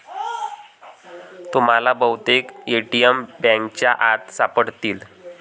तुम्हाला बहुतेक ए.टी.एम बँकांच्या आत सापडतील